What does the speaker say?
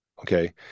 okay